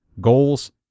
goals